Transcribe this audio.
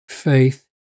Faith